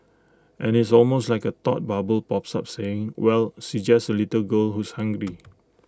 and it's almost like A thought bubble pops up saying well she just A little girl who's hungry